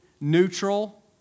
neutral